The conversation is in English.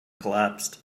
collapsed